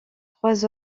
trois